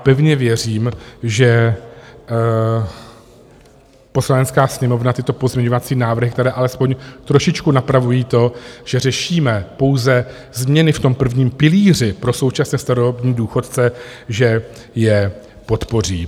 Pevně věřím, že Poslanecká sněmovna tyto pozměňovací návrhy, které alespoň trošičku napravují to, že řešíme pouze změny v tom prvním pilíři pro současné starobní důchodce, podpoří.